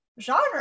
genre